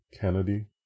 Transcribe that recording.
kennedy